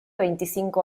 veinticinco